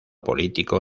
político